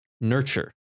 Nurture